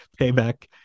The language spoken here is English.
payback